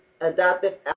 adoptive